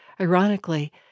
Ironically